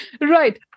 Right